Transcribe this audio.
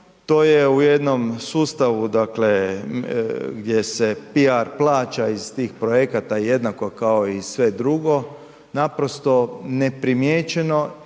to je u jednom sustavu gdje se PR plaća iz tih projekata jednako kao i sve drugo, naprosto neprimijećeno